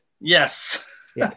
Yes